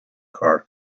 car